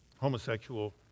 homosexual